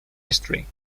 history